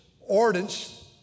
ordinance